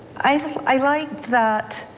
i like that,